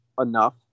enough